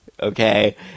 Okay